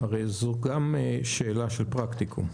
הרי זאת גם שאלה של פרקטיקום.